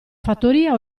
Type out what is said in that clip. fattoria